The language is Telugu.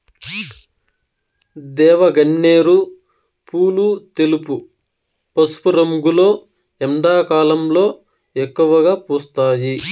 దేవగన్నేరు పూలు తెలుపు, పసుపు రంగులో ఎండాకాలంలో ఎక్కువగా పూస్తాయి